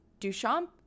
Duchamp